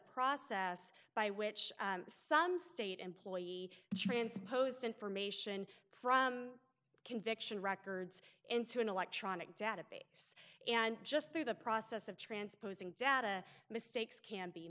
process by which some state employee transposed information from conviction records into an electronic database and just through the process of transposing data mistakes can be